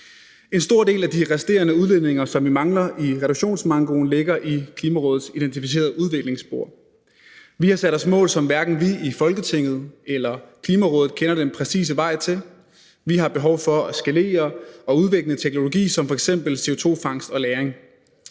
En stor del af de resterende udledninger, som vi mangler i reduktionsmankoen, ligger i Klimarådets identificerede udviklingsspor. Vi har sat os mål, som hverken vi i Folketinget eller Klimarådet kender den præcise vej til. Vi har behov for at skalere og udvikle en teknologi som f.eks. CO2-fangstog -lagring.